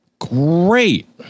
Great